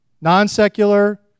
non-secular